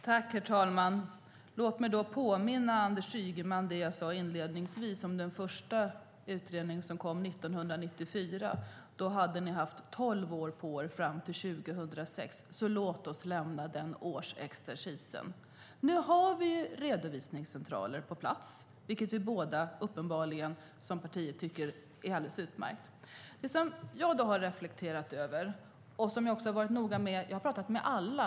Herr talman! Låt mig påminna Anders Ygeman om det som jag sade inledningsvis om den första utredningen som kom 1994. Fram till 2006 hade ni haft tolv år på er. Låt oss därför lämna denna sifferexercis när det gäller år. Nu har vi redovisningscentraler på plats, vilket uppenbarligen båda våra partier tycker är alldeles utmärkt. Jag har talat med hela taxibranschen, inte bara med Uber.